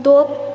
dove